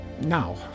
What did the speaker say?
Now